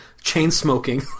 chain-smoking